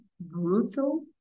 brutal